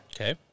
Okay